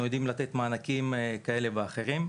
אנחנו יודעים לתת מענקים כאלה ואחרים.